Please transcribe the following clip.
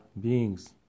beings